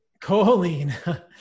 Choline